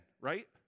Right